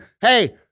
hey